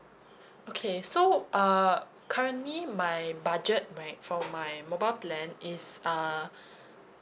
okay so uh currently my budget right for my mobile plan is err